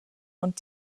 und